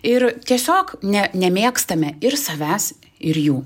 ir tiesiog ne nemėgstame ir savęs ir jų